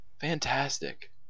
fantastic